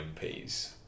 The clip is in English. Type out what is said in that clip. MPs